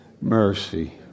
mercy